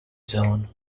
zone